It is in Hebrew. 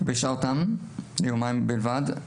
השעה אותם ליומיים בלבד.